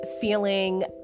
feeling